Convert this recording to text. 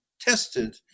tested